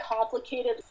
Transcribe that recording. complicated